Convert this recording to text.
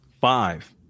Five